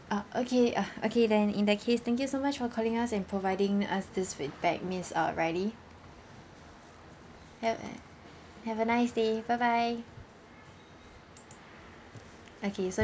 uh okay uh okay then in that case thank you so much for calling us and providing us this feedback miss uh riley have a have a nice day bye bye okay so